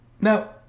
now